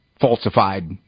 falsified